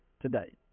today